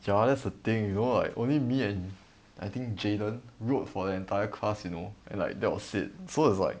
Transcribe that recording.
ya lor that's the thing you know like only me and I think jayden wrote for the entire class you know and like that was it so it's like